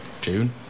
June